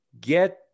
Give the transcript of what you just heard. get